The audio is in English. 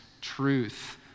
truth